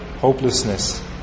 hopelessness